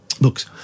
Books